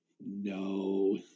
No